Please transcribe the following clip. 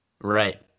right